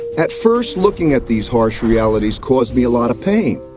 at first, looking at these harsh realities caused me a lot of pain.